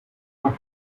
were